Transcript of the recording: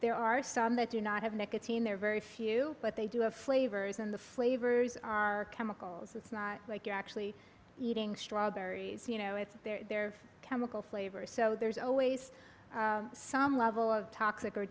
there are some that do not have nicotine there are very few but they do have flavors and the flavors are chemicals it's not like you're actually eating strawberries you know it's their chemical flavors so there's always some level of toxic